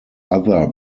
other